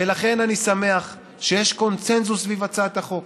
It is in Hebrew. ולכן, אני שמח שיש קונסנזוס סביב הצעת החוק